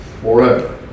forever